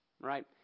right